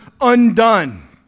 undone